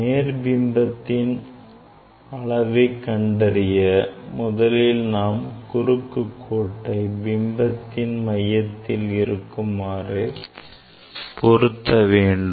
நேர் பிம்பத்தின் அளவை கண்டறிய முதலில் நாம் குறுக்கு கோட்டை பிம்பத்தின் மையத்தில் இருக்குமாறு பொருத்த வேண்டும்